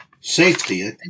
Safety